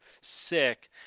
sick